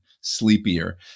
sleepier